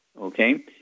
okay